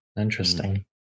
Interesting